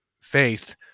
faith